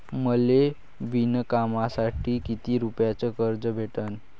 मले विणकामासाठी किती रुपयानं कर्ज भेटन?